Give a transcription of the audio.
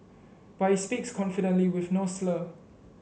but he speaks confidently with no slur